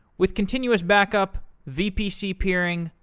with continuous back-up, vpc peering,